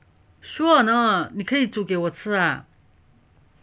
sure or not 可以煮给我吃啊